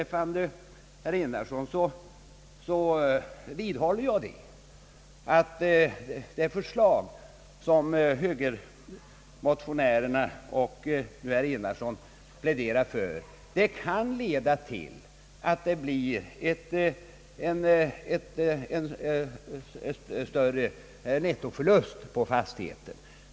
Jag vidhåller, herr Enarsson, att det förslag som högermotionärerna och nu även herr Enarsson pläderar för kan leda till att det blir en större nettoförlust på fastigheten.